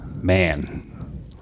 man